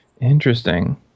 Interesting